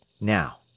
Now